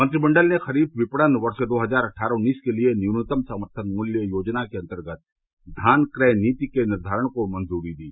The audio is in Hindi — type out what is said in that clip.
मंत्रिमंडल ने खरीफ विपणन वर्ष दो हजार अट्ठारह उन्नीस के लिए न्यूनतम समर्थन मूल्य योजना के अन्तर्गत धान क्रय नीति के निर्घारण को मंजूरी दी